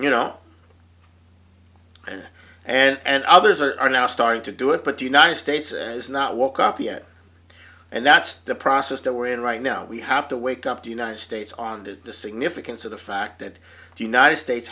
you know and and others are now starting to do it but the united states is not woke up yet and that's the process that we're in right now we have to wake up the united states on to the significance of the fact that the united states